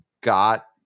got